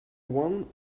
one